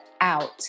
out